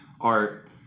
art